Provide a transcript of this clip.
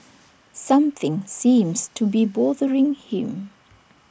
something seems to be bothering him